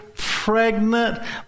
Pregnant